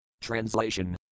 Translation